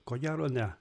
ko gero ne